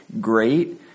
great